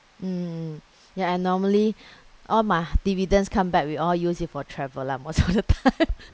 mm yeah and normally all my dividends come back we all use it for travel lah most of the time